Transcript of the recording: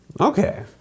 okay